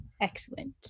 Excellent